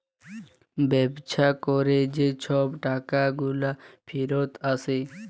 ব্যবসা ক্যরে যে ছব টাকাগুলা ফিরত আসে